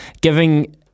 giving